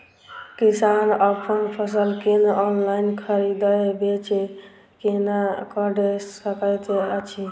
किसान अप्पन फसल केँ ऑनलाइन खरीदै बेच केना कऽ सकैत अछि?